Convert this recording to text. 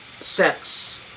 sex